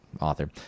author